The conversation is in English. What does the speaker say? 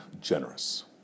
generous